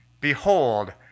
Behold